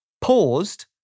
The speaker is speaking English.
paused